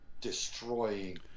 destroying